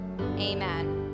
amen